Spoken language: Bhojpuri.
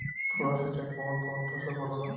फुहार सिंचाई कवन कवन फ़सल पर होला?